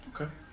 Okay